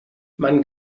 man